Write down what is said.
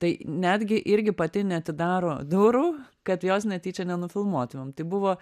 tai netgi irgi pati neatidaro durų kad jos netyčia ne nufilmuotumėm tai buvo